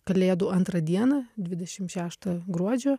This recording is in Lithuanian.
kalėdų antrą dieną dvidešim šeštą gruodžio